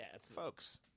Folks